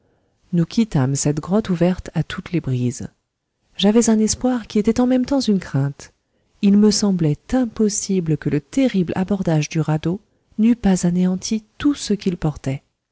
nous quittâmes cette grotte ouverte à toutes les brises j'avais un espoir qui était en même temps une crainte il me semblait impossible que le terrible abordage du radeau n'eût pas anéanti tout ce qu'il portait